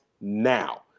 now